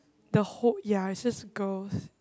the whole ya it's just girls